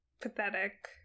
pathetic